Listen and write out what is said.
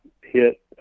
hit